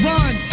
Run